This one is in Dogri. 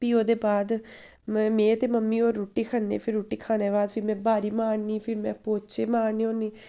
भी ओह्दे बाद में ते मम्मी होर रुट्टी खन्नें फिर रुट्टी खाने दे बाद फिर में ब्हारी मारनी फिर में पोचे मारनी होन्नीं